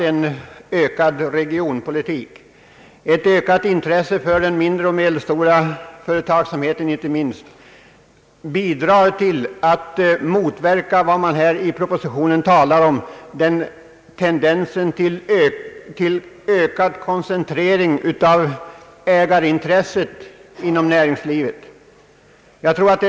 En ökad regionpolitik och ett ökat intresse inte minst för den mindre och : medelstora företagsamheten bidrar ock Ang. näringspolitiken så till att motverka tendensen till ökad koncentration av ägarintresset inom näringslivet, som det talas om i propositionen.